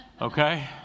Okay